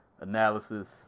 analysis